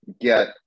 get